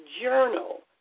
journal